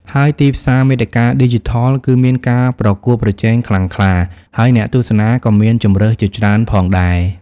ហើយទីផ្សារមាតិកាឌីជីថលគឺមានការប្រកួតប្រជែងខ្លាំងក្លា ហើយអ្នកទស្សនាក៏មានជម្រើសជាច្រើនផងដែរ។